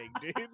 dude